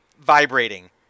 vibrating